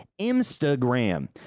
Instagram